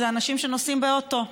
אנשים שנוסעים באוטו.